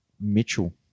Mitchell